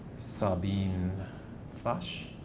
sabine flach?